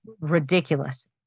ridiculous